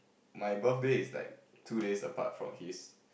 my birthday is like two days apart from his